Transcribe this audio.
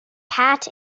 pat